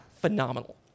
phenomenal